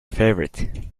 favourite